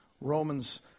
Romans